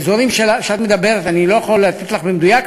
באזורים שעליהם את מדברת אני לא יכול לתת לך במדויק,